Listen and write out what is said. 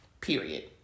period